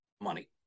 money